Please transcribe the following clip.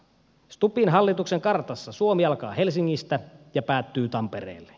stubbin hallituksen kartassa suomi alkaa helsingistä ja päättyy tampereelle